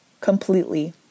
completely